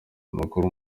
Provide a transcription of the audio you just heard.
amakuru